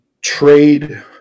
trade